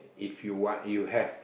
if you want you have